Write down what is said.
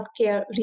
healthcare